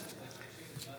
והעבודה.